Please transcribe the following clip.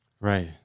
Right